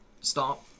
stop